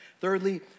Thirdly